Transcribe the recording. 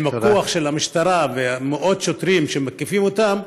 עם הכוח של המשטרה ומאות שוטרים שמקיפים אותם,